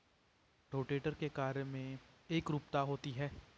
rotator के कार्य में एकरूपता होती है